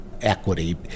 equity